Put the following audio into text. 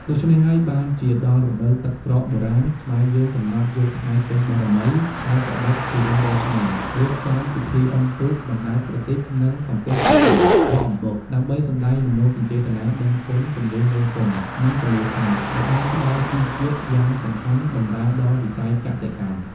ដូច្នេះហើយបានជាដល់ រដូវទឹកស្រកបុរាណ ខ្មែរយើងកំណត់យកថ្ងៃពេញបូណ៌មី ខែកត្តិក ជារៀងរាល់ឆ្នាំ រៀបចំពិធីអុំទូក បណ្តែតប្រទីប និងសំពះព្រះខែ អកអំបុក ដើម្បីសម្តែងមនោសញ្ចេតនាដឹងគុណទន្លេមេគង្គ និងទន្លេសាបដែលបានផ្តល់ជីជាតិយ៉ាងសំខាន់បម្រើដល់វិស័យកសិកម្ម។